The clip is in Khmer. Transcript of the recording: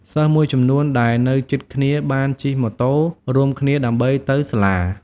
សិស្សមួយចំនួនដែលនៅជិតគ្នាបានជិះម៉ូតូរួមគ្នាដើម្បីទៅសាលា។